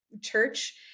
church